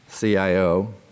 CIO